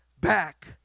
back